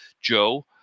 Joe